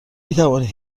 میتوانید